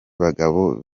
bagabo